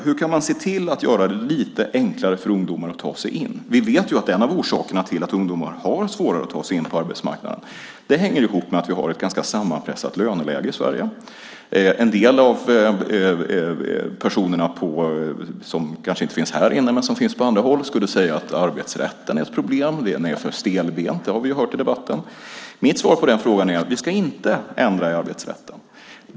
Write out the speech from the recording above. Hur kan man göra det lite enklare för ungdomar att ta sig in? Vi vet att en av orsakerna till att ungdomar har svårare att ta sig in på arbetsmarknaden är att vi har ett ganska sammanpressat löneläge i Sverige. En del personer - kanske inte härinne, men på andra håll - skulle säga att arbetsrätten är ett problem. Att den är för stelbent har vi ju hört sägas i debatten. Mitt svar på frågan är att vi inte ska ändra i arbetsrätten.